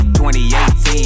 2018